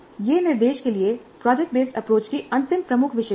यह निर्देश के लिए प्रोजेक्ट बेस्ड अप्रोच की अंतिम प्रमुख विशेषता है